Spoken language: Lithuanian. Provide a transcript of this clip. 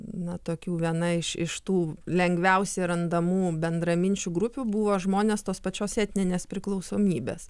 na tokių viena iš iš tų lengviausiai randamų bendraminčių grupių buvo žmonės tos pačios etninės priklausomybės